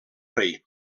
rei